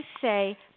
say